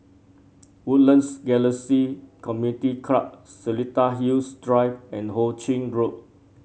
Woodlands Galaxy Community Club Seletar Hills Drive and Ho Ching Road